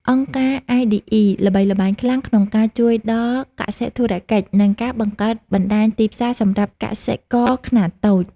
អង្គការ iDE ល្បីល្បាញខ្លាំងក្នុងការជួយដល់ "កសិធុរកិច្ច" និងការបង្កើតបណ្ដាញទីផ្សារសម្រាប់កសិករខ្នាតតូច។